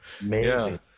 amazing